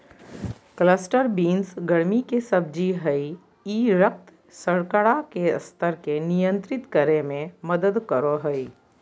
cluster beans गर्मि के सब्जी हइ ई रक्त शर्करा के स्तर के नियंत्रित करे में मदद करो हइ